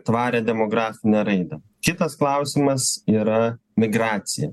tvarią demografinę raidą kitas klausimas yra migracija